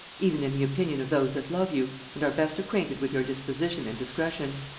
even in the opinion of those that love you, and are best acquainted with your disposition and discretion.